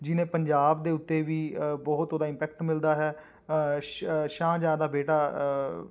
ਜਿਹਨੇ ਪੰਜਾਬ ਦੇ ਉੱਤੇ ਵੀ ਬਹੁਤ ਉਹਦਾ ਇੰਪੈਕਟ ਮਿਲਦਾ ਹੈ ਸ਼ ਸ਼ਾਹਜਹਾਂ ਦਾ ਬੇਟਾ